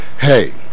Hey